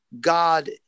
God